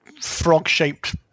frog-shaped